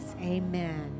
Amen